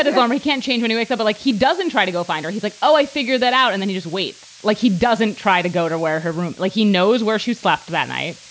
his arm. he can't change when he wakes up like he doesn't try to go find her. he's like, oh, i figure that out. and then he just waits. like he doesn't try to go to where her roommate, like he knows where she slept that night.